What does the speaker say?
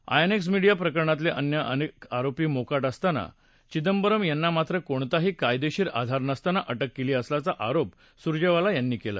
INX media प्रकरणातले अन्य अनेक आरोपी मोकाट असताना चिदंबरम यांना मात्र कोणताही कायदेशीर आधार नसताना अटक केली असल्याचा आरोपही सुरजेवाला यांनी केला